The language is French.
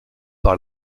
par